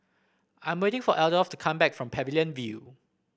I'm waiting for Adolph to come back from Pavilion View